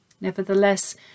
Nevertheless